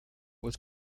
was